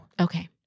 Okay